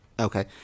Okay